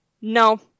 No